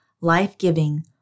life-giving